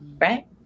right